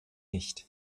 nicht